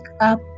up